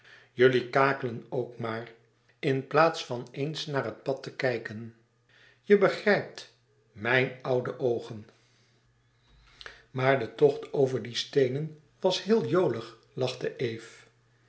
jullie kakelen ook maar in plaats van eens naar het pad te kijken je begrijpt mijn oude oogen maar de tocht over die steenen was heel jolig lachte eve